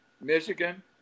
Michigan